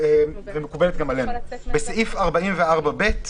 ומקובלת גם עלינו: בסעיף 44(ב),